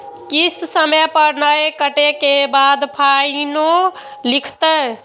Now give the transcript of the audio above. किस्त समय पर नय कटै के बाद फाइनो लिखते?